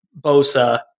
Bosa